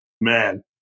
Man